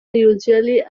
usually